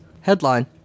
Headline